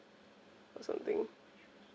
or something